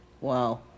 Wow